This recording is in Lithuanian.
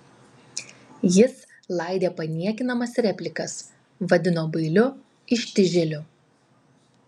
jis laidė paniekinamas replikas vadino bailiu ištižėliu